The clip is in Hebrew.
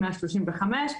135,